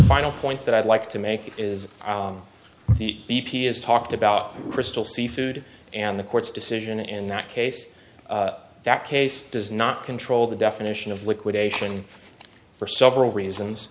final point that i'd like to make is the e p a has talked about crystal seafood and the court's decision in that case that case does not control the definition of liquidation for several reasons